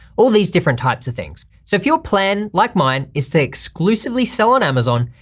all these different types of things. so if your plan like mine is to exclusively sell on amazon,